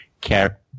care